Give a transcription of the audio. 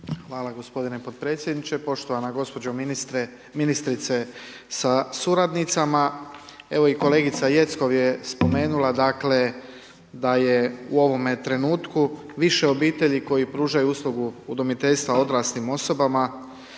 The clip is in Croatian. Hvala gospodine podpredsjedniče, poštovana gospođo ministre, ministrice sa suradnicama, evo i kolegica Jeckov je spomenula dakle da je u ovome trenutku više obitelji koji pružaju uslugu udomiteljstva odraslim osobama